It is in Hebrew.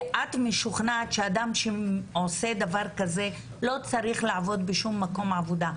ואת משוכנעת שאדם שעושה דבר כזה לא צריך לעבוד בשום מקום עבודה,